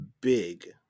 big